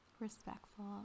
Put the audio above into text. respectful